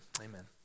Amen